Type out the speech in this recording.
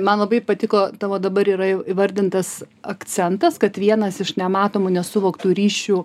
man labai patiko tavo dabar yra jau įvardintas akcentas kad vienas iš nematomų nesuvoktų ryšių